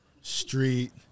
street